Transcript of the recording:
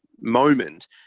moment